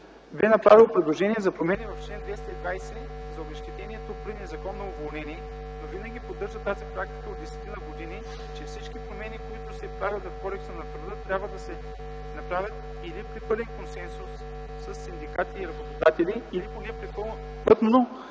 бе направило предложение за промени в чл. 220 за обезщетението при незаконно уволнение, но винаги поддържа тази практика от 10-ина години, че всички промени, които се правят в Кодекса на труда, трябва да се направят или при пълен консенсус със синдикати и работодатели, или поне при плътно